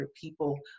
people